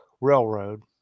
Railroad